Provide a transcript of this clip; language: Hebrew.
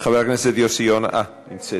חבר הכנסת יוסי יונה, אה, נמצאת.